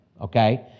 okay